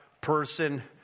person